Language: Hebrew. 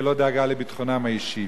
ולא דאגה לביטחונם האישי.